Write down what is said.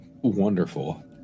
Wonderful